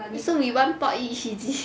so we one pot each is it